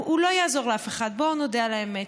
הוא לא יעזור לאף אחד, בואו נודה על האמת.